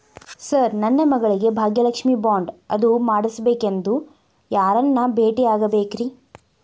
Sir ನನ್ನ ಮಗಳಿಗೆ Bhagyalakshmi bond ಅದು ಮಾಡಿಸಬೇಕೆಂದು ಯಾರನ್ನ ಭೇಟಿಯಾಗಬೇಕ್ರಿ?